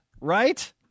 Right